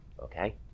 Okay